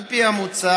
על פי המוצע,